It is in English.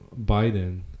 Biden